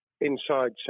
Inside